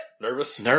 Nervous